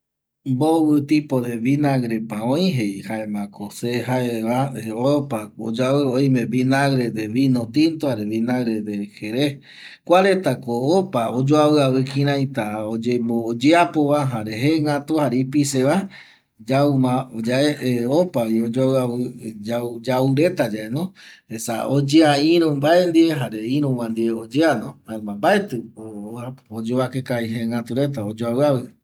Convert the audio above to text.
Mbovƚ tipo de vinagrpa oi jei jaemako se jaeva opako oyoaviavi oimevi vinegre de vino tinto jare vinagre de jere kuaretako opa oyoaviavi kiraita oyeapova jare jegatu jare ipiseva yaumayae opavi oyoaviavi yau reta yaeno esa iru mbae ndie jare iruva ndie oyeno jaema mbatiko oyovake kavi jegatu reta opa oyoaviavi